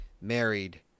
married